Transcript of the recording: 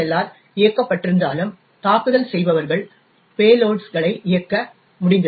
R இயக்கப்பட்டிருந்தாலும் தாக்குதல் செய்பவர்கள் பேலோடுகளை இயக்க முடிந்தது